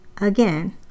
again